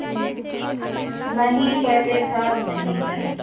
नहीं नहीं पहले था अब नहीं है